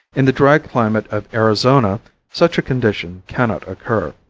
in the dry climate of arizona such a condition cannot occur.